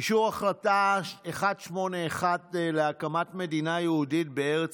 אישור החלטה 181 להקמת מדינת יהודית בארץ